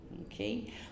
Okay